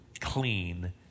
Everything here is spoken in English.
clean